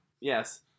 Yes